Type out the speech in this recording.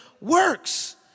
works